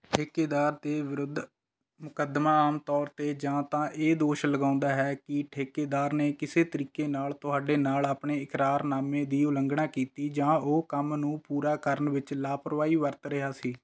ਠੇਕੇਦਾਰ ਦੇ ਵਿਰੁੱਧ ਮੁਕੱਦਮਾ ਆਮ ਤੌਰ 'ਤੇ ਜਾਂ ਤਾਂ ਇਹ ਦੋਸ਼ ਲਗਾਉਂਦਾ ਹੈ ਕਿ ਠੇਕੇਦਾਰ ਨੇ ਕਿਸੇ ਤਰੀਕੇ ਨਾਲ ਤੁਹਾਡੇ ਨਾਲ ਆਪਣੇ ਇਕਰਾਰਨਾਮੇ ਦੀ ਉਲੰਘਣਾ ਕੀਤੀ ਜਾਂ ਉਹ ਕੰਮ ਨੂੰ ਪੂਰਾ ਕਰਨ ਵਿੱਚ ਲਾਪਰਵਾਹੀ ਵਰਤ ਰਿਹਾ ਸੀ